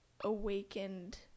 awakened